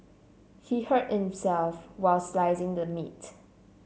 he hurt himself while slicing the meat